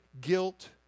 guilt